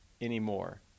anymore